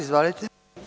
Izvolite.